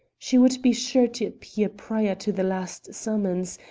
she would be sure to appear prior to the last summons,